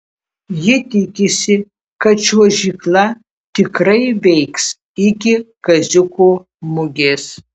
ji tikisi kad čiuožykla tikrai veiks iki kaziuko mugės